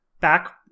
back